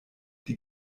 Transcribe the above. die